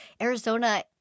Arizona